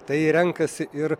tai renkasi ir